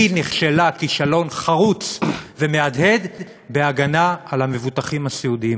היא נכשלה כישלון חרוץ ומהדהד בהגנה על המבוטחים הסיעודיים.